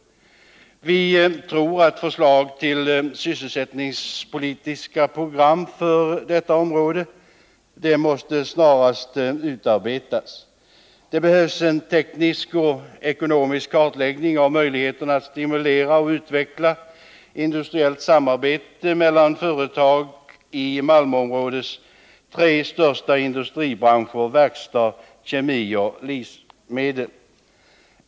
Vi tror att förslag till sysselsättningspolitiska program för detta område måste utarbetas snarast. Det behövs en teknisk och ekonomisk kartläggning av möjligheten att stimulera och utveckla industriellt samarbete mellan företag i Malmöområdets tre största industribranscher — verkstad, kemi och livsmedel.